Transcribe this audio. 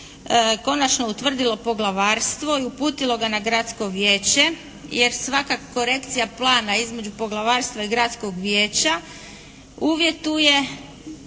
konačno utvrdilo poglavarstvo i uputilo ga na gradsko vijeće jer svaka korekcija plana između poglavarstva i gradskog vijeća uvjetuje